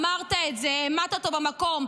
אמרת את זה, העמדת אותו במקום.